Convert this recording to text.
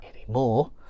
anymore